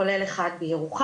כולל אחד בירוחם,